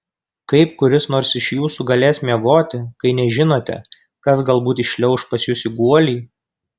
kaip kuris nors iš jūsų galės miegoti kai nežinote kas galbūt įšliauš pas jus į guolį